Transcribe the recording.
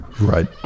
Right